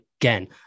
again